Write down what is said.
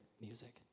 music